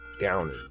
Down